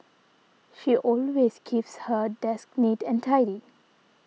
she always keeps her desk neat and tidy